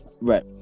Right